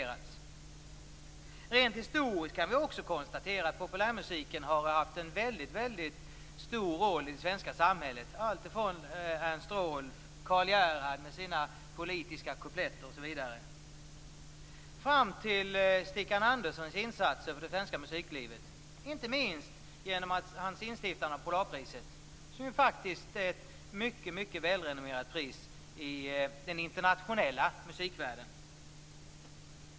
Rent historiskt kan vi konstatera att populärmusiken har spelat en väldigt stor roll i det svenska samhället, alltifrån Ernst Rolf och Karl-Gerhard med sina politiska kupletter fram till Stickan Anderssons insatser för det svenska musiklivet. Det gäller inte minst hans instiftande av Polarpriset, som faktiskt är ett mycket välrenommerat pris i den internationella musikvärlden.